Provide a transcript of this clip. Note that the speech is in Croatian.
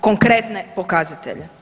Konkretne pokazatelje.